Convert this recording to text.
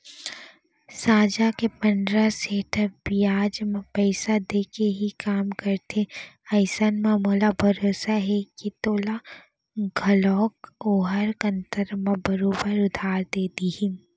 साजा के पंडरा सेठ ह बियाज म पइसा देके ही काम करथे अइसन म मोला भरोसा हे के तोला घलौक ओहर कन्तर म बरोबर उधार दे देही